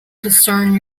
discern